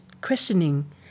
questioning